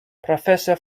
professor